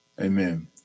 Amen